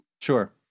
Sure